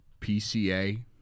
PCA